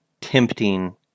tempting